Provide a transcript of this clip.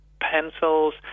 pencils